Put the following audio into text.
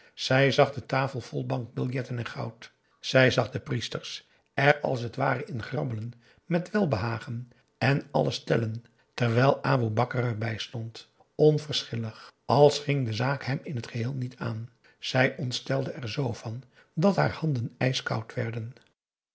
zij zag de tafel vol bankbiljetten en goud zij zag de priesters er als het ware in grabbelen met welbehagen en alles tellen terwijl aboe bakar erbij stond onverschillig als ging de zaak hem in t geheel niet aan zij ontstelde er z van dat haar handen ijskoud werden